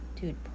dude